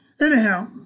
Anyhow